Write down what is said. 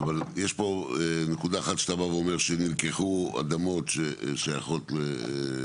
אבל יש פה נק' אחת שאתה בא ואומר שנלקחו אדמות ששייכות לקיבוץ.